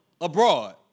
abroad